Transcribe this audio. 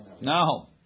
No